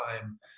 time